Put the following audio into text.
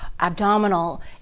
abdominal